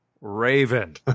Raven